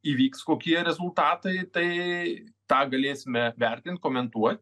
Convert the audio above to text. įvyks kokie rezultatai tai tą galėsime vertint komentuot